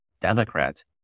Democrats